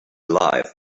alive